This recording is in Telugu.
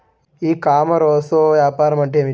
ఈ కామర్స్లో వ్యాపారం అంటే ఏమిటి?